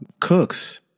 cooks